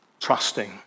trusting